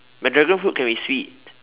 but dragonfruit can be sweet